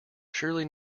surely